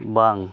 ᱵᱟᱝ